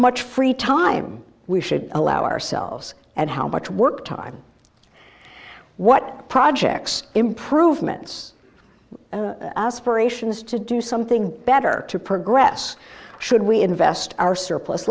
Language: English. much free time we should allow ourselves and how much work time what projects improvements aspirations to do something better to progress should we invest our surplus